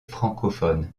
francophones